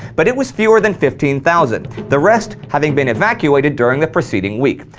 but it was fewer than fifteen thousand, the rest having been evacuated during the preceding week,